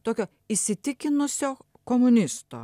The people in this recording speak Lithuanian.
tokio įsitikinusio komunisto